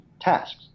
tasks